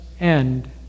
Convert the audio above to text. end